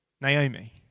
Naomi